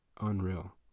unreal